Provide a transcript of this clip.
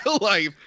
life